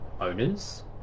owners